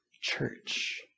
Church